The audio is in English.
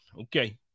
Okay